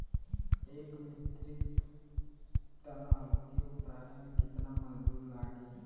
एक metric ton आलू के उतारे मे कितना मजदूर लागि?